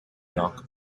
block